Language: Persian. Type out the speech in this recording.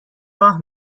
راه